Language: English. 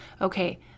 okay